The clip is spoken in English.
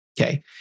okay